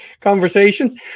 conversation